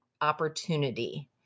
opportunity